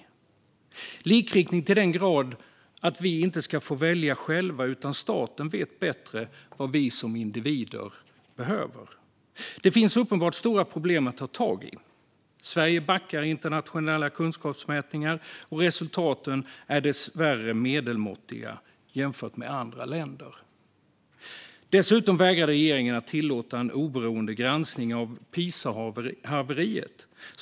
Det ska vara likriktning till den grad att vi inte ska få välja själva, utan staten vet bättre vad vi som individer behöver. Det finns uppenbarligen stora problem att ta tag i. Sverige backar i internationella kunskapsmätningar, och resultaten är dessvärre medelmåttiga jämfört med andra länder. Dessutom vägrar regeringen att tillåta en oberoende granskning av Pisahaveriet.